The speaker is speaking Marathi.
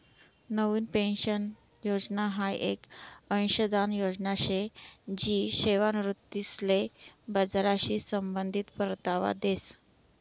नवीन पेन्शन योजना हाई येक अंशदान योजना शे जी सेवानिवृत्तीसले बजारशी संबंधित परतावा देस